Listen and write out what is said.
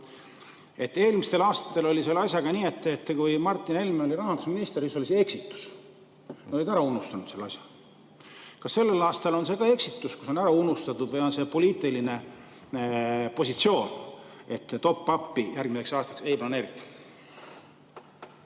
Eelmistel aastatel oli selle asjaga nii, et kui Martin Helme oli rahandusminister, siis oli see eksitus. Nad unustasid selle asja ära. Kas sellel aastal on see ka eksitus? Kas see on ära unustatud või on see poliitiline positsioon, ettop-up'e järgmiseks aastaks ei planeerita?